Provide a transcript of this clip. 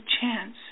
chance